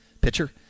pitcher